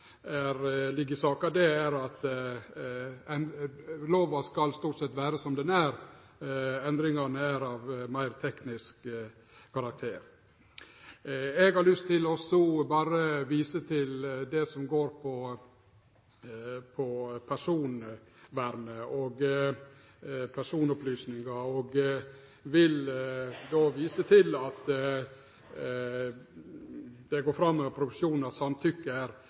også ligg i saka, er at lova stort sett skal vere som ho er. Endringane er av meir teknisk karakter. Eg har lyst til berre å seie litt om det som gjeld personvernet og personopplysningar, og viser til at det går fram